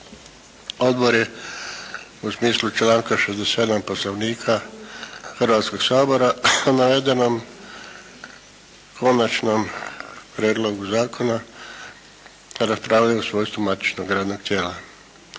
Odbor je u smislu članka 67. Poslovnika Hrvatskog sabora u navedenom konačnom prijedlogu zakona raspravljao u svojstvu matičnog radnog tijela.